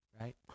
right